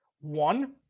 One